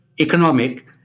economic